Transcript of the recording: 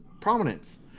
prominence